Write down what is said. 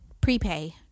prepay